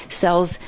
sells